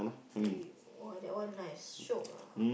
eh !wah! that one nice shiok ah